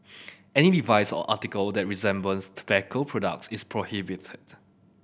any device or article that resembles tobacco products is prohibited